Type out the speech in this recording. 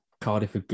Cardiff